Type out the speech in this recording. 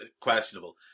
questionable